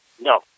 No